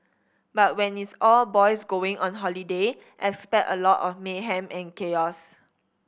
but when it's all boys going on holiday expect a lot of mayhem and chaos